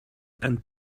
and